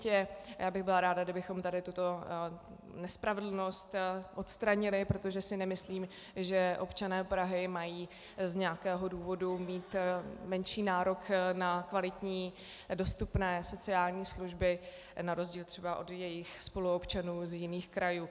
A já bych byla ráda, kdybychom tuto nespravedlnost odstranili, protože si nemyslím, že občané Prahy mají z nějakého důvodu mít menší nárok na kvalitní a dostupné sociální služby na rozdíl třeba od jejich spoluobčanů z jiných krajů.